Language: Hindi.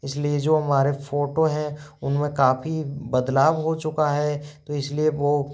इस लिए जो हमारे फ़ोटो हैं उन में काफ़ी बदलाव हो चुका है तो इस लिए वो